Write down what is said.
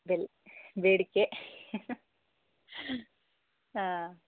bell ಬೇಡಿಕೆ ಹಾಂ